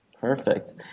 perfect